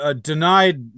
Denied